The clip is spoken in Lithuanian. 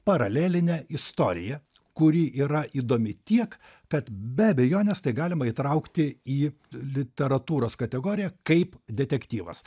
paralelinę istoriją kuri yra įdomi tiek kad be abejonės tai galima įtraukti į literatūros kategoriją kaip detektyvas